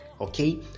okay